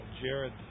Jared